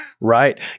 right